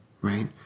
Right